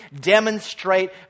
demonstrate